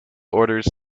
orders